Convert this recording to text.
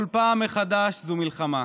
כל פעם מחדש זו מלחמה.